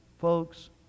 folks